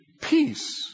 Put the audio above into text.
peace